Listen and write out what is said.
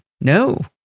No